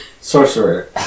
sorcerer